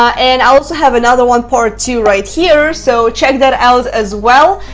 and i also have another one part two right here. so check that out as well.